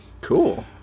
Cool